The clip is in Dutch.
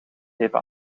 even